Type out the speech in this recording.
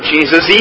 Jesus